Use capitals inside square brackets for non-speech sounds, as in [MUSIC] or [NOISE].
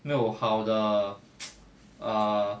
没有好的 [NOISE] err